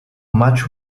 much